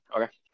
Okay